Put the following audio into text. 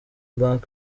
bank